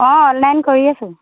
অঁ অনলাইন কৰি আছো